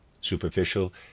superficial